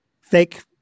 fake